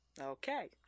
Okay